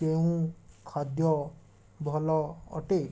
କେଉଁ ଖାଦ୍ୟ ଭଲ ଅଟେ